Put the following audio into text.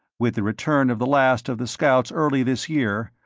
with the return of the last of the scouts early this year,